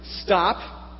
stop